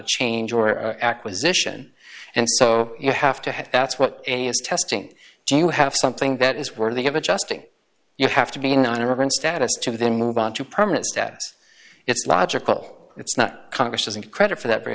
a change or acquisition and so you have to have that's what a is testing do you have something that is worthy of adjusting you have to be in on or in status to then move on to permanent status it's logical it's not congress doesn't credit for that very